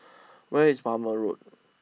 where is Palmer Road